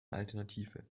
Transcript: alternative